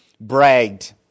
bragged